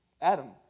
Adam